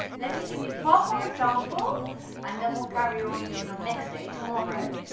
let me give you one more example and then we'll carry on in our next day tomorrow,